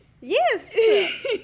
Yes